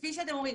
כפי שאתם רואים,